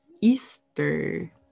Easter